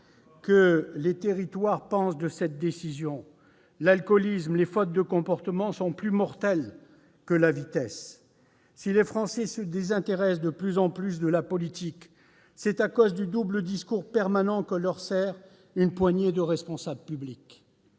que les territoires pensent de cette décision. Il décide tout seul ! L'alcoolisme, les fautes de comportement sont plus mortels que la vitesse. Si les Français se désintéressent de plus en plus de la politique, c'est à cause du double discours permanent que leur servent une poignée de responsables publics.